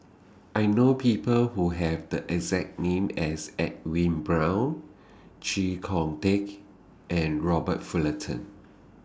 I know People Who Have The exact name as Edwin Brown Chee Kong Tet and Robert Fullerton